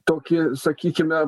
tokį sakykime